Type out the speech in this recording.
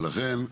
ולכן,